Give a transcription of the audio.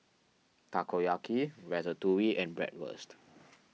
Takoyaki Ratatouille and Bratwurst